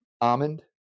almond